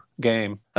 game